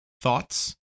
thoughts